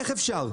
איך אפשר?